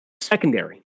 Secondary